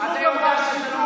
מה שנתניהו נתן לתושבי,